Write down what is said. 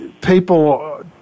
people